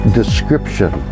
description